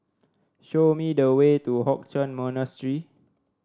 show me the way to Hock Chuan Monastery